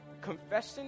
confession